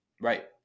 Right